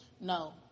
no